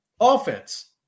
Offense